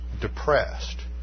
depressed